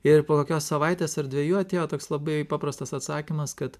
ir po kokios savaitės ar dvejų atėjo toks labai paprastas atsakymas kad